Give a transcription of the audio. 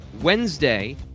Wednesday